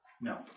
No